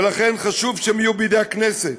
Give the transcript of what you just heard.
ולכן חשוב שהם יהיו בידי הכנסת.